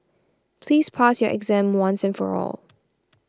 please pass your exam once and for all